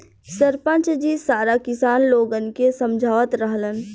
सरपंच जी सारा किसान लोगन के समझावत रहलन